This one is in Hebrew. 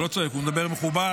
הוא לא צועק, הוא מדבר מכובד.